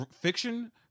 fiction